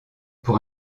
pour